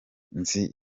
nzi